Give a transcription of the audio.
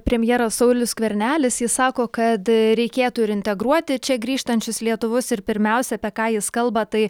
premjeras saulius skvernelis jis sako kad reikėtų ir integruoti čia grįžtančius lietuvius ir pirmiausia apie ką jis kalba tai